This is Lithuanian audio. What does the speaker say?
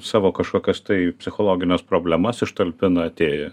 savo kažkokias tai psichologines problemas iš talpina atėję